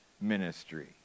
ministry